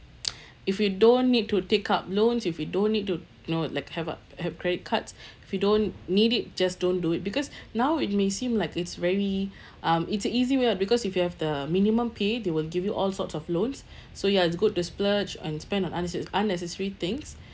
if you don't need to take up loans if you don't need to you know like have a have credit cards if you don't need it just don't do it because now it may seem like it's very um it's a easy way out because if you have the minimum pay they will give you all sorts of loans so ya it's good to splurge and spend on unnece~ unnecessary things